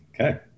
Okay